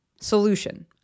Solution